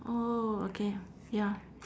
oh okay ya